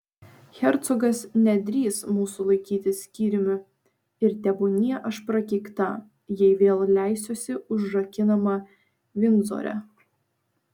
hercogas nedrįs mūsų laikyti skyrium ir tebūnie aš prakeikta jei vėl leisiuosi užrakinama vindzore